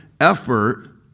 effort